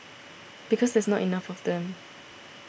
because there's not enough of them